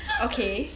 okay